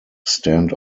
stand